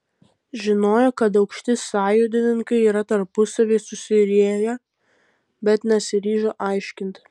žinojo kad aukšti sąjūdininkai yra tarpusavyje susirieję bet nesiryžo aiškinti